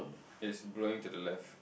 is blowing to the left